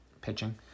pitching